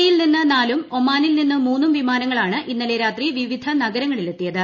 E യിൽ നിന്ന് നാലും ഒമാനിൽ നിന്ന് മൂന്നും വിമാനങ്ങളാണ് ഇന്നലെ രാത്രി വിവിധ നഗരങ്ങളിലെത്തിയത്